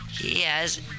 Yes